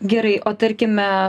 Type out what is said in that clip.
gerai o tarkime